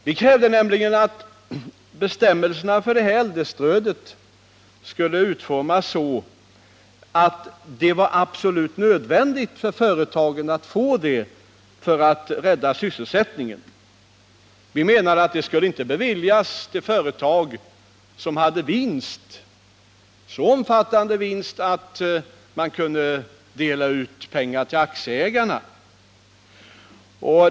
Vi krävde nämligen att bestämmelserna för äldrestödet skulle utformas så, att stödet måste vara absolut nödvändigt för att rädda sysselsättningen, om företagen skulle få det. Vi menade att det inte skulle beviljas till företag som hade en så omfattande vinst att de kunde dela ut pengar till aktieägarna.